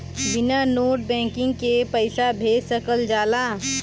बिना net banking के पईसा भेज सकल जाला?